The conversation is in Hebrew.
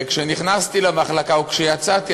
כשנכנסתי למחלקה וכשיצאתי,